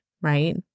right